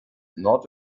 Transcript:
not